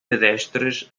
pedestres